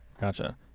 gotcha